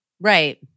Right